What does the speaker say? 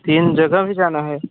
तीन जगह भी जाना है